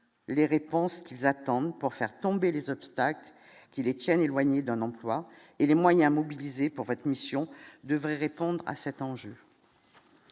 les réponses qu'ils attendent pour faire tomber les obstacles qui détiennent éloigné d'un emploi et les moyens mobilisés pour votre mission devrait répondre à cet enjeu.